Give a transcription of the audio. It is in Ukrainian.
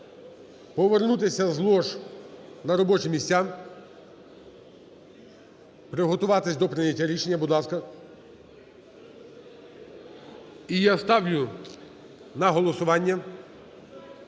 повернутися з лож на робочі місця, приготуватися до прийняття рішення, будь ласка. І я ставлю на голосування